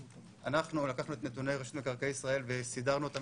אנחנו לקחנו את נתוני רשות מקרקעי ישראל וסידרנו אותם